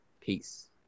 Peace